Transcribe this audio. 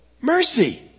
mercy